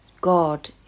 God